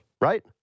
right